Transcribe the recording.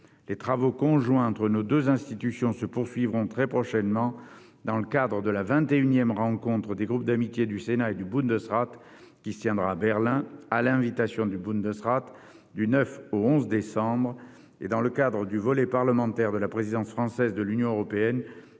Les travaux conjoints entre nos deux institutions se poursuivront très prochainement, dans le cadre de la vingt et unième rencontre des groupes d'amitié du Sénat et du Bundesrat, qui se tiendra à Berlin, à l'invitation du Bundesrat, du 9 au 11 décembre prochains, et dans le cadre du volet parlementaire de la présidence française de l'Union européenne,